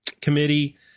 committee